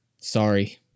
Sorry